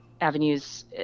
avenues